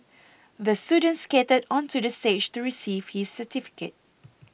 the student skated onto the stage to receive his certificate